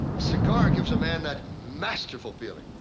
a cigar gives a man that masterful feeling.